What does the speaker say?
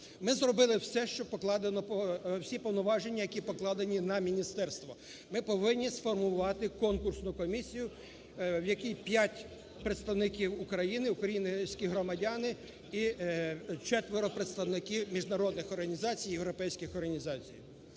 Ми зробили все, що покладено, всі повноваження, які покладені на міністерство. Ми повинні сформувати конкурсну комісію, в якій 5 представників України, українські громадяни і 4 представників міжнародних організацій, європейських організацій.